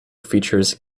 features